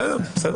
בסדר.